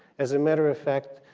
as a matter of fact,